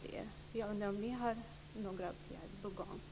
Har ni några åtgärder på gång?